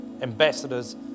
ambassadors